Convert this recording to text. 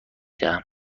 دهم